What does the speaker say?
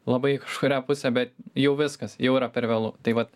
labai į kažkurią pusę bet jau viskas jau yra per vėlu tai vat